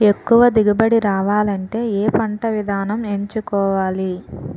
ఎక్కువ దిగుబడి రావాలంటే ఏ పంట విధానం ఎంచుకోవాలి?